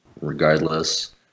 regardless